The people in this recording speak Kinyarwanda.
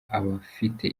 abafite